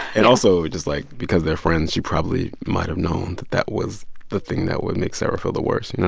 and also, just like, because they're friends, she probably might have known that that was the thing that would make sarah feel the worst. you know